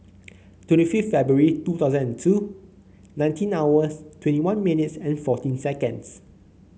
twenty fifth February two thousand and two nineteen hours twenty one minutes and fourteen seconds